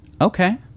Okay